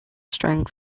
strength